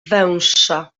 węższa